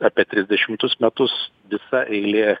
apie trisdešimtus metus visa eilė